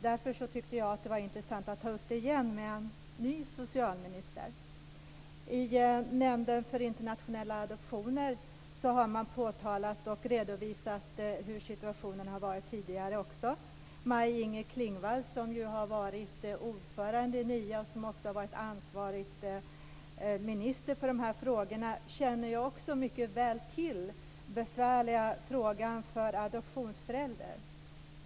Därför tyckte jag att det var intressant att ta upp den igen med en ny biträdande socialminister. I Nämnden för internationella adoptioner har man påtalat och redovisat hur situationen har varit tidigare. och varit ansvarig minister för de här frågorna, känner också mycket väl till den besvärliga frågan för adoptionsföräldrar.